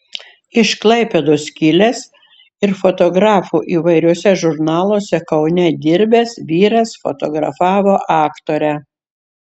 iš klaipėdos kilęs ir fotografu įvairiuose žurnaluose kaune dirbęs vyras fotografavo aktorę